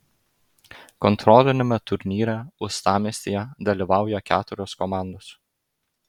kontroliniame turnyre uostamiestyje dalyvauja keturios komandos